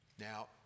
Now